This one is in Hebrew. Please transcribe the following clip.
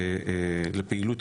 לפעילות